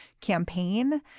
campaign